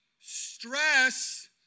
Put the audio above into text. stress